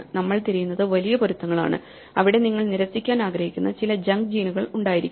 നമ്മൾ തിരയുന്നത് വലിയ പൊരുത്തങ്ങളാണ് അവിടെ നിങ്ങൾ നിരസിക്കാൻ ആഗ്രഹിക്കുന്ന ചില ജങ്ക് ജീനുകൾ ഉണ്ടായിരിക്കാം